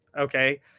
Okay